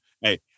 Hey